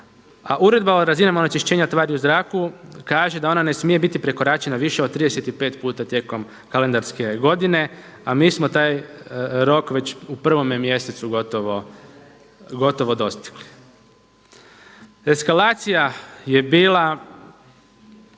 a Uredba o razinama onečišćenja tvari u zraku kaže da ona ne smije biti prekoračena više od 35 puta tijekom kalendarske godine, a mi smo taj rok već u prvome mjesecu gotovo dostigli. Eskalacija je bila,